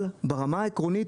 אבל ברמה העקרונית,